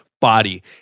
body